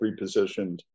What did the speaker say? repositioned